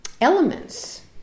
elements